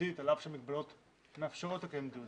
חזותית על אף שהמגבלות מאפשרות לקיים דיונים.